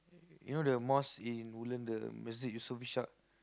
you know the mosque in Woodlands the Masjid Yusof-Ishak